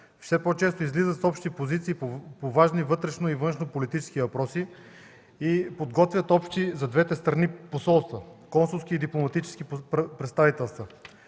все по-често излизат с общи позиции по важни вътрешни и външнополитически въпроси и подготвят общи за двете страни посолства – консулски и дипломатически представителства.